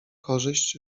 korzyść